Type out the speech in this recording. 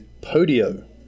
Podio